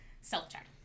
self-check